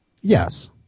Yes